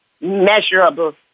measurable